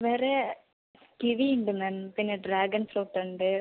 വേറെ കിവി ഉണ്ട് മാം പിന്നെ ഡ്രാഗൺ ഫ്രൂട്ട് ഉണ്ട്